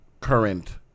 current